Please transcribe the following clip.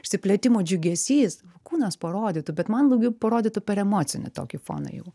išsiplėtimo džiugesys kūnas parodytų bet man daugiau parodytų per emocinį tokį foną jau